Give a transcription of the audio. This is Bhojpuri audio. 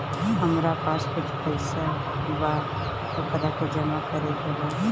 हमरा पास कुछ पईसा बा वोकरा के जमा करे के बा?